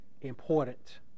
important